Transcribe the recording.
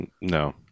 No